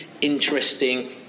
interesting